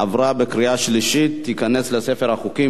עברה בקריאה שלישית ותיכנס לספר החוקים.